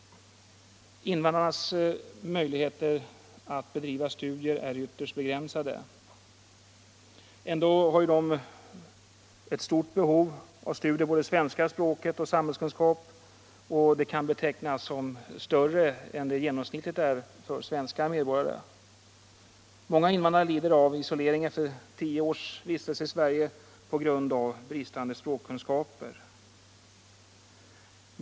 Invandrarnas möjligheter att bedriva studier är ytterst begränsade. Ändå har de ett stort behov av studier både i svenska språket och i samhällskunskap, och detta behov kan betecknas som genomsnittligt större än för de svenska medborgarna. Många invandrare lider av isolering efter tio års vistelse i Sverige på grund av bristande språkkunskaper.